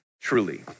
truly